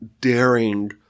daring